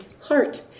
heart